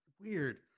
weird